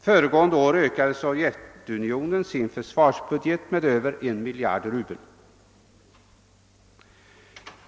Föregående år ökade Sovjetunionen sin försvarsbudget med över 1 miljard rubel.